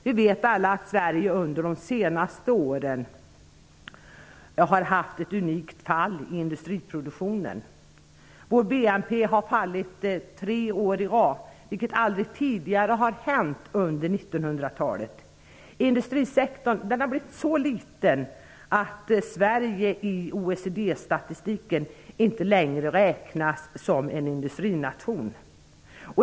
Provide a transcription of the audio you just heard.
Ni vet alla att Sverige under de senaste åren har haft ett unikt fall i industriproduktion. Vår BNP har fallit tre år i rad, vilket aldrig tidigare hänt under 1900-talet. Industrisektorn har blivit så liten att Sverige i OECD-statistiken inte längre räknas som en industrination.